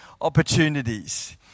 opportunities